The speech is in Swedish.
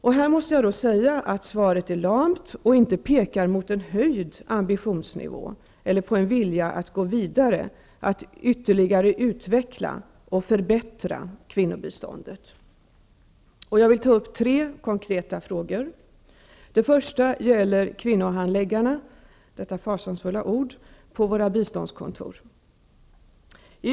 På den punkten är svaret lamt och pekar inte mot någon höjd ambitionsnivå eller på någon vilja att gå vidare, att ytterligare utveckla och förbättra kvinnobiståndet. Jag vill ta upp tre konkreta frågor. Den första gäller kvinnohandläggarna -- detta fasansfulla ord -- på våra biståndskontor.